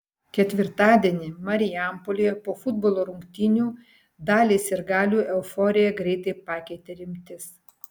ketvirtadienį marijampolėje po futbolo rungtynių daliai sirgalių euforiją greitai pakeitė rimtis